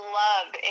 love